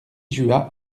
juas